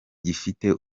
gifite